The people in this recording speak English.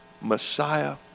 Messiah